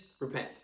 repent